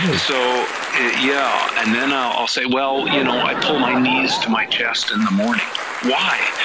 yeah so yeah and then i'll say well you know i pull my knees to my chest in the morning, why,